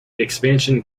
expansion